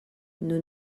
nos